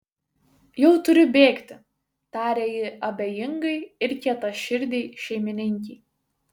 jau turiu bėgti tarė ji abejingai ir kietaširdei šeimininkei